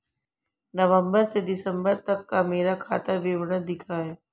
नवंबर से दिसंबर तक का मेरा खाता विवरण दिखाएं?